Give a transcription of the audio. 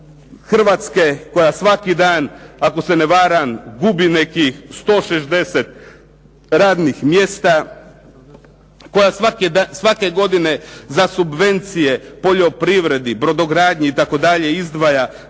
Hrvatske koja svaki dan ako se ne varam gubi nekih 160 radnih mjesta, koja svake godine za subvencije poljoprivredi, brodogradnji itd. izdvaja